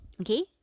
Okay